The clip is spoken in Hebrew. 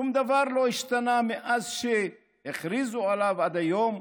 שום דבר לא השתנה מאז שהכריזו עליו עד היום: